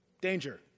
danger